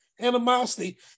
animosity